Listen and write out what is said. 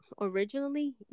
originally